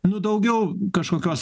nu daugiau kažkokios